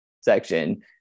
section